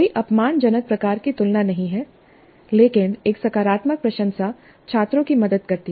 कोई अपमानजनक प्रकार की तुलना नहीं है लेकिन एक सकारात्मक प्रशंसा छात्रों की मदद करती है